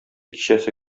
кичәсе